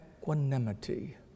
equanimity